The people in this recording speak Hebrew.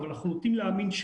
אבל אנחנו נוטים להאמין,